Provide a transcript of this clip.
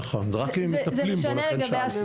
נכון רק אם מטפלים בו, לכן שאלתי.